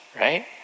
right